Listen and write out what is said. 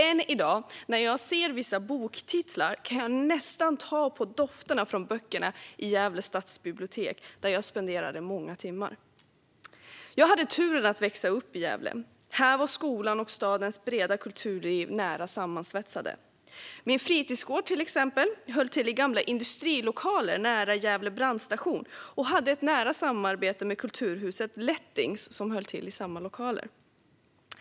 Än i dag när jag ser vissa boktitlar kan jag nästan känna dofterna från böckerna i Gävle stadsbibliotek, där jag spenderade många timmar. Jag hade turen att växa upp i Gävle. Här var skolan och stadens breda kulturliv nära sammansvetsade. Till exempel höll min fritidsgård till i gamla industrilokaler nära Gävle brandstation och hade ett nära samarbete med Kulturhuset Lättings, som höll till i samma lokaler.